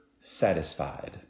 satisfied